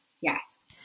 Yes